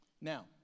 Now